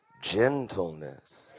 Gentleness